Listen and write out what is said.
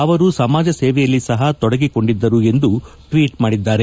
ಅವರು ಸಮಾಜ ಸೇವೆಯಲ್ಲೂ ಸಹ ತೊಡಗಿಕೊಂಡಿದ್ದರು ಎಂದು ಟ್ವೀಟ್ ಮಾಡಿದ್ದಾರೆ